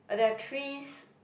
um there are trees